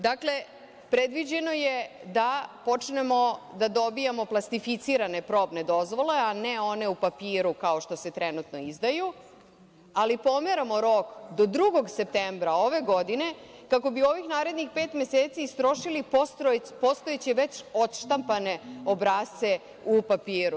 Dakle, predviđeno je da počnemo da dobijamo plastificirane probne dozvole, a ne one u papiru, kao što se trenutno izdaju, ali pomeramo rok do 2. septembra ove godine kako bih ovih narednih pet meseci istrošili postojeće već odštampane obrasce u papiru.